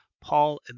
Paul